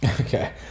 Okay